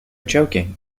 joking